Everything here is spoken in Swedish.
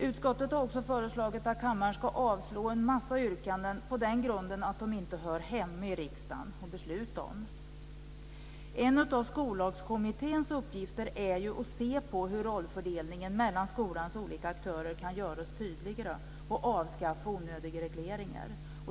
Utskottet har också föreslagit att kammaren ska avslå en massa yrkanden på den grunden att det inte är riksdagen som ska fatta beslut om dem. En av Skollagskommitténs uppgifter är att se på hur rollfördelningen mellan skolans olika aktörer kan göras tydligare och att föreslå avskaffande av onödiga regleringar.